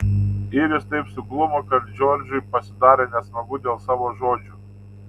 iris taip suglumo kad džordžui pasidarė nesmagu dėl savo žodžių